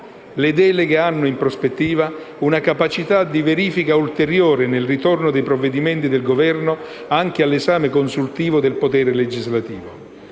Esse hanno, in prospettiva, una capacità di verifica ulteriore nel ritorno dei provvedimenti del Governo anche all'esame consultivo del potere legislativo.